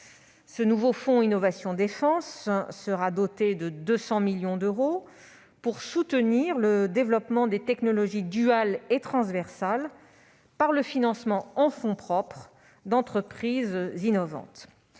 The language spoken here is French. Ce nouveau fonds sera doté de 200 millions d'euros pour soutenir le développement des technologies duales et transversales, par le financement en fonds propres d'entreprises innovantes.